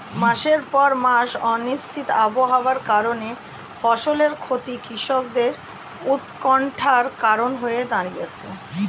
মাসের পর মাস অনিশ্চিত আবহাওয়ার কারণে ফসলের ক্ষতি কৃষকদের উৎকন্ঠার কারণ হয়ে দাঁড়িয়েছে